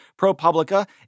ProPublica